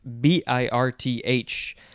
B-I-R-T-H